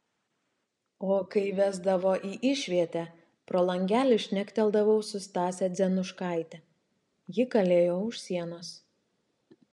o kai vesdavo į išvietę pro langelį šnekteldavau su stase dzenuškaite ji kalėjo už sienos